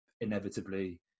inevitably